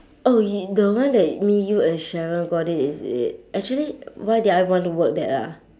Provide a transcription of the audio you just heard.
oh y~ the one that me you and cheryl got it is it actually why did I want to work that ah